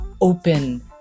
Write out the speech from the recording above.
open